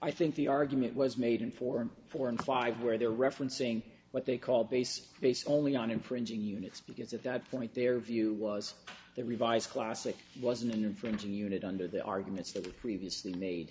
i think the argument was made in form four and five where they were referencing what they call base based only on infringing units because at that point their view was the revised classic wasn't an infringing unit under the arguments that were previously made